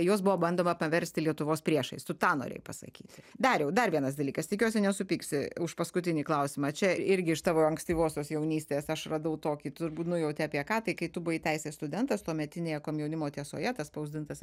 juos buvo bandoma paversti lietuvos priešais tu tą norėjai pasakysi dariau dar vienas dalykas tikiuosi nesupyksi už paskutinį klausimą čia irgi iš tavo ankstyvosios jaunystės aš radau tokį turbūt nujauti apie ką tai kai tu buvai teisės studentas tuometinėje komjaunimo tiesoje tas spausdintas